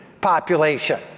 population